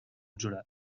jurat